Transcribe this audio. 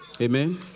Amen